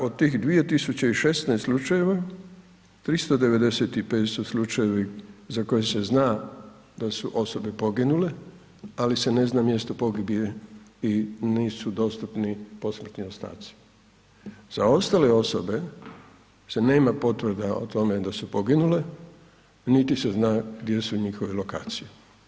Od tih 2.016 slučajeva 395 su slučajevi za koje se zna da su osobe poginule ali se ne zna mjesto pogibije i nisu dostupni posmrtni ostaci, za ostale osobe se nema potvrda o tome da su poginule, niti se zna gdje su njihove lokacije.